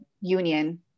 union